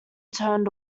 turned